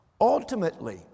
Ultimately